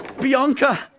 Bianca